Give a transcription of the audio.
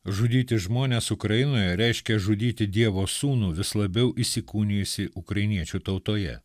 žudyti žmones ukrainoje reiškia žudyti dievo sūnų vis labiau įsikūnijusį ukrainiečių tautoje